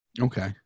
Okay